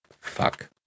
Fuck